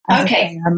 Okay